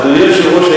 אדוני היושב-ראש,